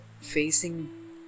facing